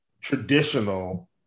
traditional –